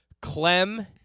Clem